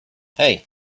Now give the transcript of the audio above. hey